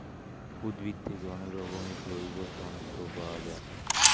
উদ্ভিদ থেকে অনেক রকমের জৈব তন্তু পাওয়া যায়